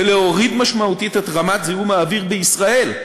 ולהוריד משמעותית את רמת זיהום האוויר בישראל.